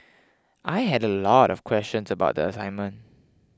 I had a lot of questions about the assignment